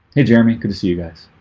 hey jeremy good to see you guys.